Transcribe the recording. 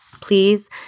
Please